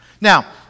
Now